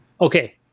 Okay